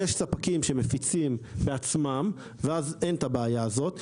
יש ספקים שמפיצים בעצמם ואז אין את הבעיה הזאת,